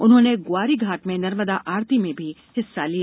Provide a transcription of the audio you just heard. उन्होंने ग्वारीघाट में नर्मदा आरती में भी हिस्सा लिया